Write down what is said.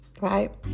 Right